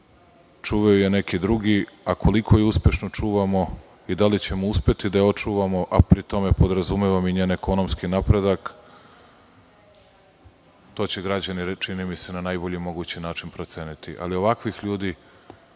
Čuvaju je neki drugi, a koliko je uspešno čuvamo i da li ćemo uspeti da je očuvamo, a pri tome podrazumevam i njen ekonomski napredak, to će građani, čini mi se, na najbolji mogući način proceniti. Ali, ovakvih ljudi,